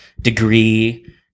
degree